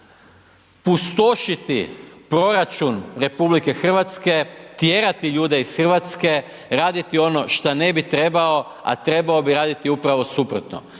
pustošiti proračun RH, tjerati ljude iz RH, raditi ono šta ne bi trebao, a trebao bi raditi upravo suprotno,